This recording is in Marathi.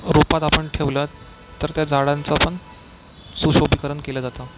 रूपात आपण ठेवलं तर त्या झाडांचा पण सुशोभीकरण केलं जातं